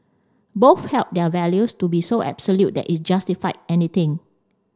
both held their values to be so absolute that it justified anything